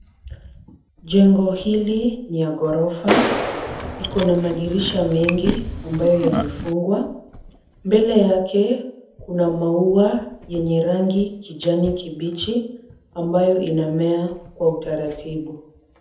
Jengo hili ni ya gorofa, iko na madirisha mengi amabayo yamefungwa, mbele yake kuna maua yenye rangi kijani kibichi ambayo inamea kwa utaratibu.